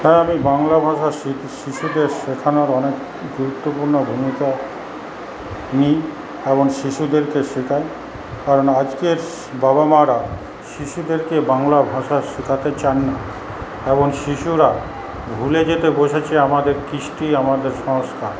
হ্যাঁ আমি বাংলা ভাষা শিশুদের শেখানোর অনেক গুরুত্বপূর্ণ ভূমিকা নিই এবং শিশুদেরকে শেখাই কারণ আজকের বাবা মা রা শিশুদেরকে বাংলা ভাষা শেখাতে চান না এবং শিশুরা ভুলে যেতে বসেছে আমাদের কৃষ্টি আমাদের সংস্কার